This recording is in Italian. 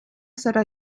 sarà